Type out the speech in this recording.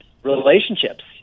relationships